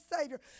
Savior